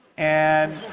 and